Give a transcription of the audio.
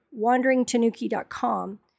WanderingTanuki.com